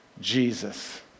Jesus